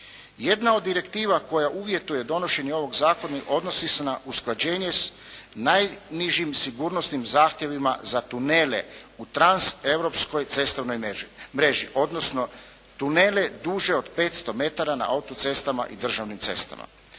Jedna od direktiva koja uvjetuje donošenje ovog zakona odnosi se na usklađenje s najnižim sigurnosnim zahtjevima za tunele u transeuropskoj cestovnoj mreži odnosno tunele duže od 500 metara na autocestama i državnim cestama.